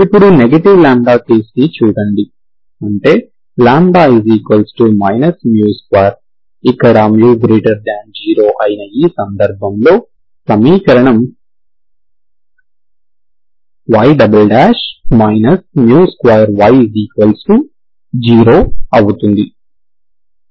ఇప్పుడు negative λ case ను చూడండి అంటే 2 ఇక్కడ μ0 అయిన ఈ సందర్భంలో సమీకరణం y 2y0 అవుతుంది